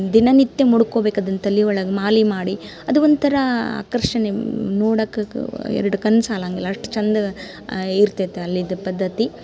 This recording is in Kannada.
ದಿನನಿತ್ಯ ಮುಡ್ಕೊಬೇಕು ಅದನ್ನು ತಲೆ ಒಳಗೆ ಮಾಲೆ ಮಾಡಿ ಅದು ಒಂಥರ ಆಕರ್ಷಣೆ ನೋಡಕ್ಕ ಎರಡು ಕಣ್ಣು ಸಾಲಂಗಿಲ್ಲ ಅಷ್ಟು ಚಂದ ಇರ್ತೈತೆ ಅಲ್ಲಿದು ಪದ್ಧತಿ